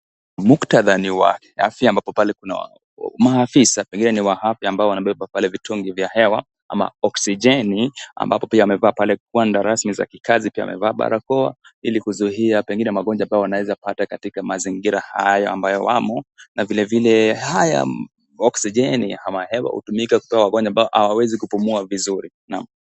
Muktadha ni wa afya ambapo pale kuna maafisa pengine ni wa afya ambaoo wanabeba vitungi vya hewa ama oksijeni ambapo pia amevaa pale gwanda rasmi za kikazi pia amevaa barakoa ili kuzuia pengine magonjwa ambayo wanaweza pata katika mazingira haya ambayo wamo na vilevile haya oksijeni ama hewa hutumika kupea waginjwa ambaohawawezi kupumua vizuri naam.